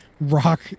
Rock